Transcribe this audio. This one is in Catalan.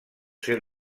ser